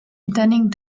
intending